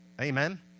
Amen